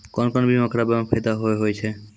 कोन कोन बीमा कराबै मे फायदा होय होय छै?